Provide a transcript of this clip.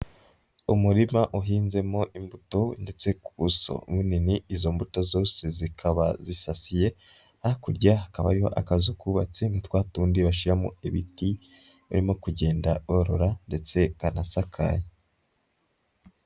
Umurima uhinzemo imbuto ndetse ku buso munini, izo mbuto zose zikaba zisasiye, hakurya hakaba hariho akazu kubatse, ni twatundi bashyiramo ibiti barimo kugenda borora, ndetse kanasakaye.